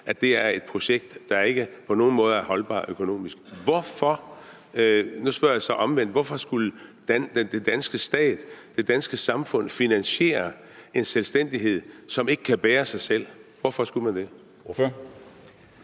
kan se er et projekt, der ikke på nogen måde er holdbart økonomisk. Nu spørger jeg så omvendt: Hvorfor skulle den danske stat, det danske samfund finansiere en selvstændighed, som ikke kan bære sig selv? Hvorfor skulle man det?